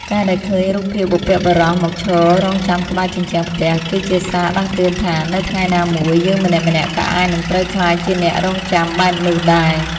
ការដែលឃើញរូបភាពបុព្វបុរសមកឈររង់ចាំក្បែរជញ្ជាំងផ្ទះ គឺជាសារដាស់តឿនថា នៅថ្ងៃណាមួយយើងម្នាក់ៗក៏អាចនឹងត្រូវក្លាយជាអ្នករង់ចាំបែបនោះដែរ។